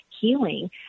healing